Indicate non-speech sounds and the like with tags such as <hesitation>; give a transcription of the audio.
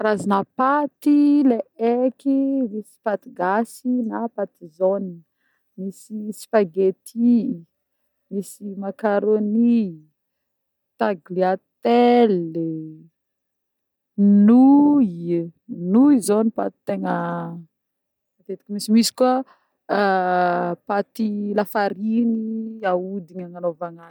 Karazagna paty le eko: misy paty gasy na paty zônina, misy spaghetti, misy macaroni, tagliatelle, nouille nouille zao ny paty tegna-a matetiky misy, misy koà <hesitation> paty lafariny aodigna agnanôvan'azy.